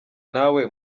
nawe